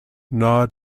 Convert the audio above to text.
nod